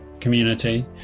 community